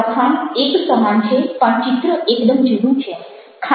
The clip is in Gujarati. લખાણ એક સમાન છે પણ ચિત્ર એકદમ જુદું છે